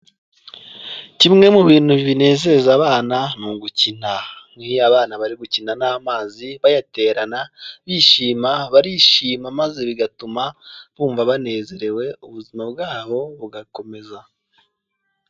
Kimwe mu bintu binezeza abana ni ugukina nk'iyo abana bari gukina n'amazi bayaterana bishima, barishima maze bigatuma bumva banezerewe ubuzima bwabo bugakomeza.